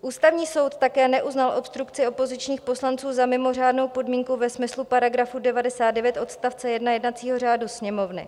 Ústavní soud také neuznal obstrukci opozičních poslanců za mimořádnou podmínku ve smyslu § 99 odst. 1 jednacího řádu Sněmovny.